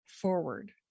forward